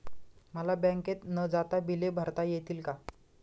मला बँकेत न जाता बिले भरता येतील का?